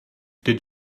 did